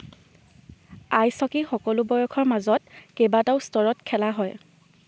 ice hockey সকলো বয়সৰ মাজত কেইবাটাও স্তৰত খেলা হয়